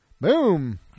Boom